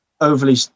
overly